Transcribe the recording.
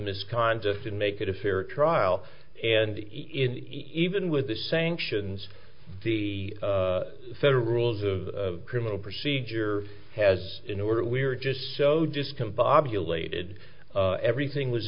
misconduct and make it a fair trial and even with the sanctions the federal rules of criminal procedure has in order we're just so discombobulated everything was